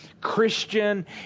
Christian